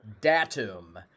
datum